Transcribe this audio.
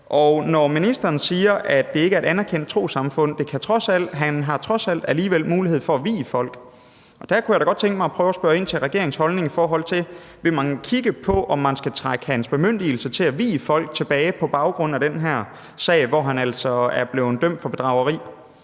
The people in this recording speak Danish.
Og når ministeren siger, at det ikke er et anerkendt trossamfund, har han trods alt alligevel mulighed for at vie folk, og der kunne jeg da godt tænke mig at prøve at spørge ind til regeringens holdning til, om man vil kigge på, om man skal trække hans bemyndigelse til at vie folk tilbage på baggrund af den her sag, hvor han altså er blevet dømt for bedrageri.